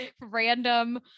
random